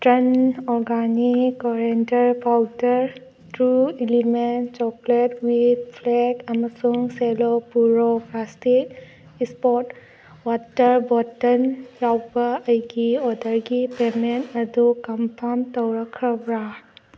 turn organic coriander powder true element chocolate with flake ꯑꯃꯁꯨꯡ ꯁꯦꯂꯣꯄꯨꯔꯣ plastic ꯏꯁꯄꯣꯠ water bottle ꯌꯥꯎꯕ ꯑꯩꯒꯤ ꯑꯣꯗꯔꯒꯤ ꯄꯦꯃꯦꯟ ꯑꯗꯨ ꯀꯟꯐꯥꯝ ꯇꯧꯔꯛꯈ꯭ꯔꯕꯔꯥ